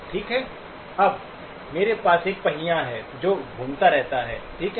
ठीक है अब मेरे पास एक पहिया है जो घूम रहा है ठीक है